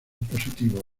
positivos